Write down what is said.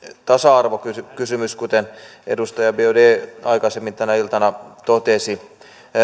tasa arvokysymys kuten edustaja biaudet aikaisemmin tänä iltana totesi